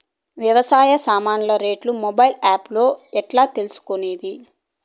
వ్యవసాయ సామాన్లు రేట్లు మొబైల్ ఆప్ లో ఎట్లా తెలుసుకునేది?